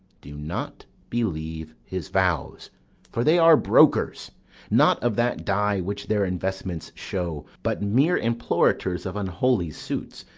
do not believe his vows for they are brokers not of that dye which their investments show, but mere implorators of unholy suits,